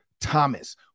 Thomas